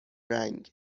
رنگ